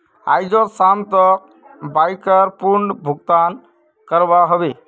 आइज शाम तक बाइकर पूर्ण भुक्तान करवा ह बे